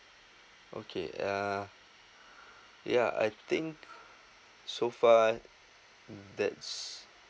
okay uh ya I think so far that's